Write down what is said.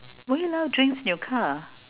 would you allow drinks in your car